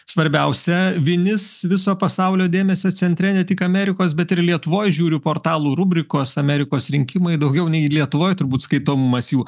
svarbiausia vinis viso pasaulio dėmesio centre ne tik amerikos bet ir lietuvoj žiūriu portalų rubrikos amerikos rinkimai daugiau nei lietuvoj turbūt skaitomumas jų